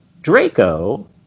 Draco